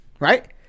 Right